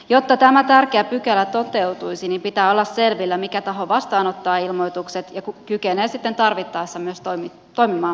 jotta tämä tärkeä pykälä toteutuisi pitää olla selvillä mikä taho vastaanottaa ilmoitukset ja kykenee tarvittaessa myös toimimaan välittömästi